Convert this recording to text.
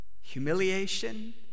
Humiliation